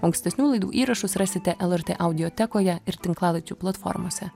ankstesnių laidų įrašus rasite lrt audiotekoje ir tinklalaidžių platformose